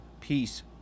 peace